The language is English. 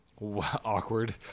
Awkward